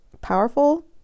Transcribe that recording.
powerful